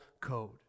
code